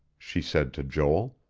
she said to joel.